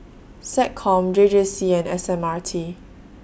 Seccom J J C and S M R T